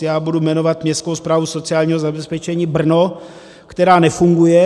Já budu jmenovat Městskou správu sociálního zabezpečení Brno, která nefunguje.